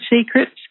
Secrets